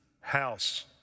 house